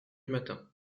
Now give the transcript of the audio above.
matin